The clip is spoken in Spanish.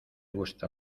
gusta